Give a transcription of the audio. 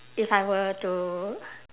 if I were to